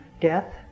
death